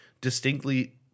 distinctly